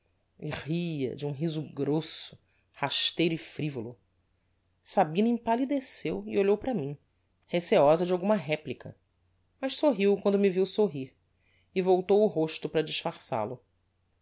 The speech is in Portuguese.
ria de um riso grosso rasteiro e frivolo sabina empallideceu e olhou para mim receiosa de alguma replica mas sorriu quando me viu sorrir e voltou o rosto para